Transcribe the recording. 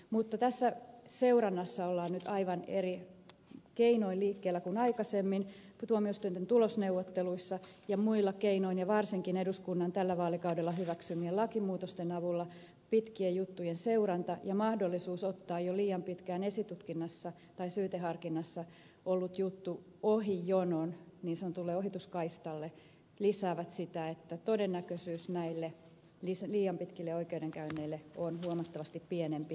mutta tässä seurannassa ollaan nyt aivan eri keinoin liikkeellä kuin aikaisemmin ja tuomioistuinten tulosneuvotteluissa ja muilla keinoin ja varsinkin eduskunnan tällä vaalikaudella hyväksymien lakimuutosten avulla pitkien juttujen seuranta ja mahdollisuus ottaa jo liian pitkään esitutkinnassa tai syyteharkinnassa ollut juttu ohi jonon niin sanotulle ohituskaistalle lisäävät sitä että todennäköisyys näille liian pitkille oikeudenkäynneille on huomattavasti pienempi